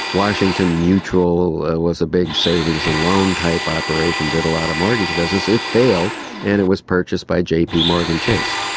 washington mutual was a big savings and loan type operation, did a lot of mortgage business, it failed and it was purchased by jpmorgan chase.